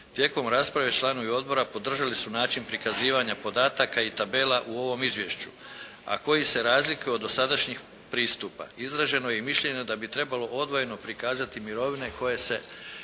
Tijekom rasprave članovi odbora podržali su način prikazivanja podataka i tabela u ovom izvješću, a koji se razlikuju od dosadašnjih pristupa. Izraženo je i mišljenje da bi trebalo odvojeno prikazati mirovine koje se